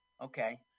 okay